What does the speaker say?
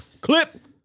clip